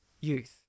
youth